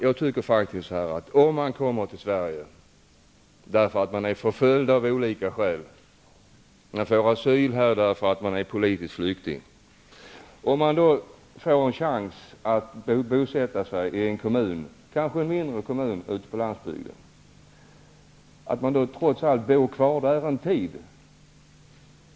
Jag tycker att man om man kommer till Sverige därför att man av olika skäl är förföljd, och får asyl därför att man är politisk flykting och chansen att bosätta sig i en mindre kommun ute på landsbygden, trots allt kunde bo kvar där en tid.